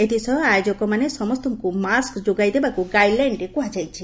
ଏଥିସହ ଆୟୋଜକମାନେ ସମ୍ପସଙ୍କୁ ମାସ୍କ ଯୋଗାଇଦେବାକୁ ଗାଇଡ୍ ଲାଇନ୍ରେ କୁହାଯାଇଛି